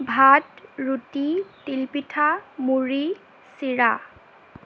ভাত ৰুটি তিলপিঠা মুৰি চিৰা